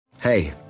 Hey